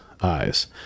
eyes